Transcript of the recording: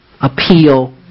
appeal